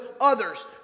others